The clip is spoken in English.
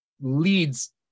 leads